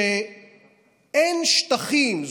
הוא שאין שטחים,